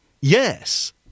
Yes